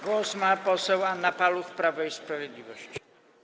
Głos ma poseł Anna Paluch, Prawo i Sprawiedliwość.